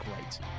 great